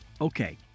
Okay